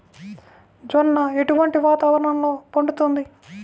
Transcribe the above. జొన్న ఎటువంటి వాతావరణంలో పండుతుంది?